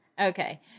Okay